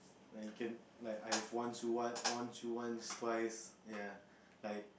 like you can like I have one to one one to once twice ya like